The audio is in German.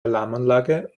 alarmanlage